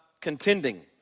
contending